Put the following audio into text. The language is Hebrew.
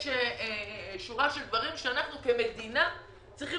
יש שורה של דברים שאנחנו כמדינה צריכים